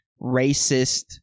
racist